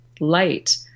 light